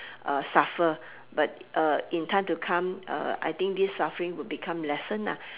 suffer but in time to come I think this suffering would become lessen